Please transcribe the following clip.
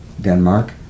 Denmark